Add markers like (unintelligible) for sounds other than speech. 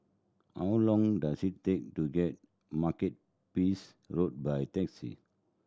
how long does it take to get (unintelligible) peace Road by taxi